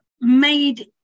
made